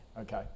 Okay